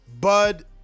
Bud